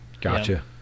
Gotcha